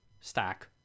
Stack